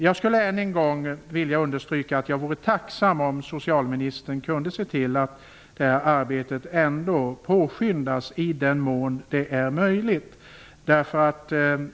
Jag skulle än en gång vilja understryka att jag vore tacksam om socialministern kunde se till att arbetet ändå påskyndas i den mån det är möjligt.